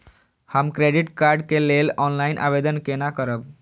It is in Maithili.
हम क्रेडिट कार्ड के लेल ऑनलाइन आवेदन केना करब?